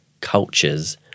cultures